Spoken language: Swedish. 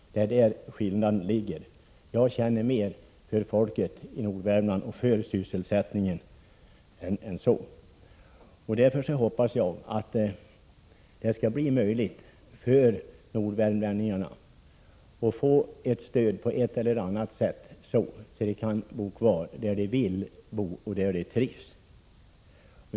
Det är där skillnaden ligger. Jag känner mer för folket i Nordvärmland och för sysselsättningen än så. Därför hoppas jag att det skall bli möjligt för nordvärmlänningarna att få ett stöd på ett eller annat sätt så att de kan bo kvar där de trivs och vill bo.